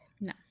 No